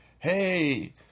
hey